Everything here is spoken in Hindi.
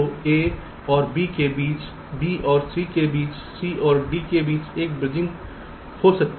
तो A और B के बीच B और C के बीच C और D के बीच एक ब्रिजिंग हो सकती है